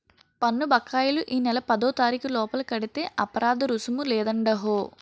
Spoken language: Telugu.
పన్ను బకాయిలు ఈ నెల పదోతారీకు లోపల కడితే అపరాదరుసుము లేదండహో